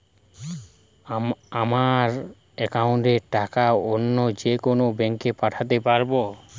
আমার একাউন্টের টাকা অন্য যেকোনো ব্যাঙ্কে পাঠাতে পারব?